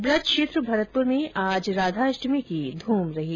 ब्रज क्षेत्र भरतपुर में आज राधाष्टमी की धूम रही